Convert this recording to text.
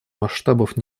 масштабов